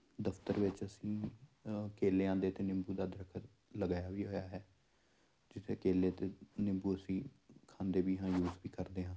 ਦਫ਼ਤਰ ਵਿੱਚ ਅਸੀਂ ਕੇਲਿਆਂ ਦੇ ਅਤੇ ਨਿੰਬੂ ਦਾ ਦਰੱਖਤ ਲਗਾਇਆ ਵੀ ਹੋਇਆ ਹੈ ਜਿੱਥੇ ਕੇਲੇ ਅਤੇ ਨਿੰਬੂ ਅਸੀਂ ਖਾਂਦੇ ਵੀ ਹਾਂ ਯੂਜ਼ ਵੀ ਕਰਦੇ ਹਾਂ